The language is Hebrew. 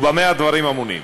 ובמה הדברים אמורים?